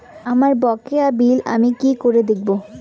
আমার বকেয়া বিল আমি কি করে দেখব?